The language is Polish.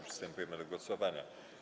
Przystępujemy do głosowania.